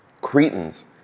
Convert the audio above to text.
Cretans